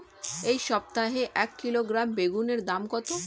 এই সপ্তাহে এক কিলোগ্রাম বেগুন এর দাম কত?